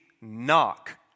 knock